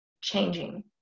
changing